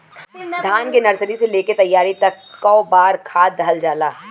धान के नर्सरी से लेके तैयारी तक कौ बार खाद दहल जाला?